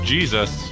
Jesus